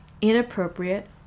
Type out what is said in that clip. inappropriate